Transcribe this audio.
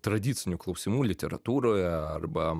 tradicinių klausimų literatūroje arba